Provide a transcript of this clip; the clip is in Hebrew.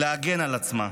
להגן על עצמה.